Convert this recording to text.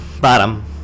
bottom